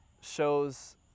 shows